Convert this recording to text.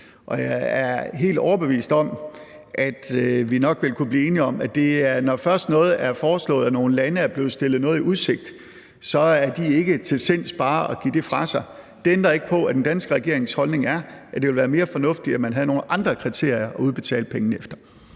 kunne blive enige om, at når først noget er foreslået og nogle lande er blevet stillet noget i udsigt, så er de ikke til sinds bare at give det fra sig. Det ændrer ikke på, at den danske regerings holdning er, at det ville være mere fornuftigt, at man havde nogle andre kriterier at udbetale pengene efter.